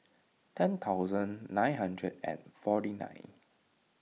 ten thousand nine hundred and forty nine